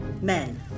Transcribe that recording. men